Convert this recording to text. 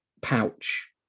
pouch